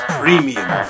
premium